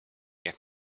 jak